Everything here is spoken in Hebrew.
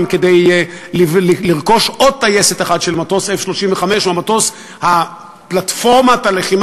נובל, וילך מפה, הוא פועל,